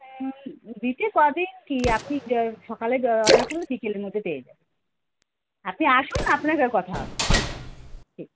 দিতে ক দিন কী আপনি য সকালে য অর্ডার করলে বিকেলের মধ্যে পেয়ে যাবেন আপনি আসুন আপনার সঙ্গে কথা হবে ঠিক আছে হুম